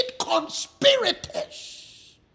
conspirators